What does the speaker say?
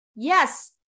Yes